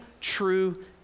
true